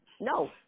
No